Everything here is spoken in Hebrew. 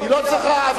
היא לא צריכה, בכנסת.